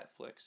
Netflix